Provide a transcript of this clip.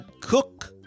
Cook